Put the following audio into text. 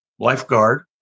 lifeguard